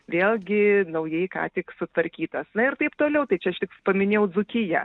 vėlgi naujai ką tik sutvarkytas na ir taip toliau tai čia aš tik paminėjau dzūkiją